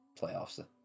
playoffs